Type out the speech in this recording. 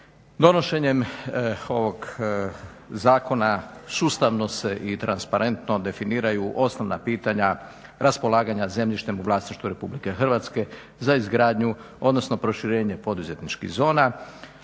Donošenjem ovog zakona sustavno se i transparentno definiraju osnovna pitanja raspolaganja zemljištem u vlasništvu Republike Hrvatske za izgradnju odnosno proširenje poduzetničkih zona